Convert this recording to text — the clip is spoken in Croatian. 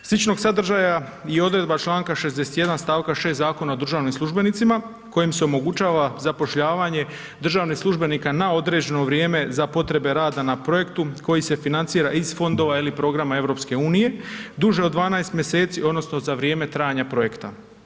Sličnog sadržaja je odredba Članka 61. stavka 6. Zakona o državnim službenicima kojim se omogućava zapošljavanje državnih službenika na određeno vrijeme za potrebe rada na projektu koji se financira iz fondova ili programa EU duže od 12 mjeseci odnosno za vrijeme trajanja projekta.